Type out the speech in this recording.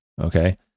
okay